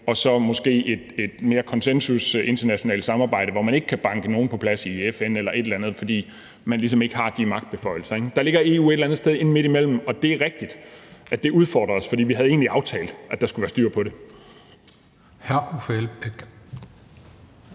i et måske mere konsensuspræget internationalt samarbejde, hvor man ikke kan banke nogen på plads – hverken i FN eller andre steder – fordi man ligesom ikke har de magtbeføjelser, der skal til. Der ligger EU et eller andet sted inde midt imellem, og det er rigtigt, at det udfordrer os, for vi havde egentlig aftalt, at der skulle være styr på det.